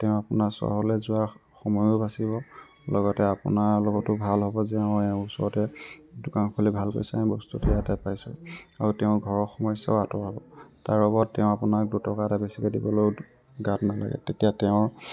তেওঁ আপোনাৰ চহৰলৈ যোৱাৰ সময়ো বাচিব লগতে আপোনাৰ লগতো ভাল হ'ব যে অ' এওঁৰ ওচৰতে দোকান খুলি ভাল কৰিছে বস্তুটো ইয়াতে পাইছোঁ আৰু তেওঁ ঘৰৰ সমস্যাও আঁতৰ হ'ব তাৰ বাবদ তেওঁ আপোনাক দুটকা এটা বেছিকৈ দিবলেও গাত নালাগে তেতিয়া তেওঁৰ